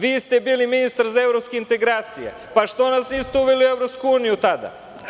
Vi ste bili ministar za evropske integracije, pa što nas niste uveli u EU tada?